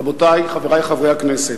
רבותי, חברי חברי הכנסת,